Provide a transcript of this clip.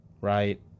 right